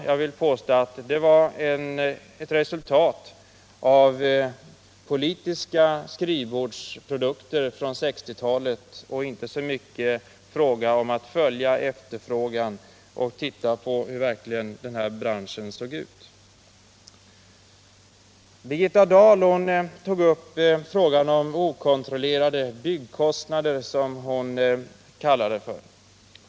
Jag vill påstå att den är ett resultat av politiska skrivbordsprodukter från 1960-talet. Det var inte fråga om att följa efterfrågan och iaktta hur den här branschen verkligen såg ut. Birgitta Dahl tog upp frågan om okontrollerade byggkostnader, som hon kallade det.